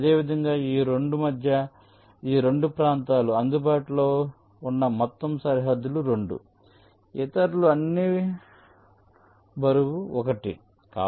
అదేవిధంగా ఈ 2 మధ్య ఈ 2 ప్రాంతాలు అందుబాటులో ఉన్న మొత్తం సరిహద్దులు 2 ఇతరులు అన్ని బరువు 1